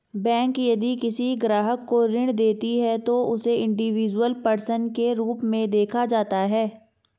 bank यदि किसी ग्राहक को ऋण देती है तो उसे इंडिविजुअल पर्सन के रूप में देखा जाता है